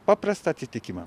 paprastą atsitikimą